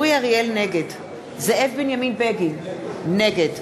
נגד זאב בנימין בגין, נגד